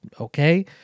okay